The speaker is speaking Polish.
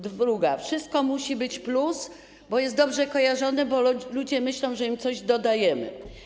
Druga: wszystko musi być plus, bo jest dobrze kojarzone, bo ludzie myślą, że im coś dodajemy.